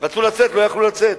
הם רצו לצאת ולא יכלו לצאת.